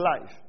life